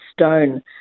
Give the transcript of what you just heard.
Stone